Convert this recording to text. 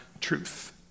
truth